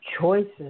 choices